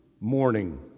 morning